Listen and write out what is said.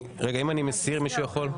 רגע, אם אני מסיר, מישהו יכול?